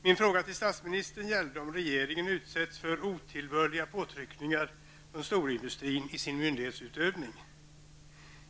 Min fråga till statsministern gällde om regeringen utsätts för otillbörliga påtryckningar från storindustrin i sin myndighetsutövning.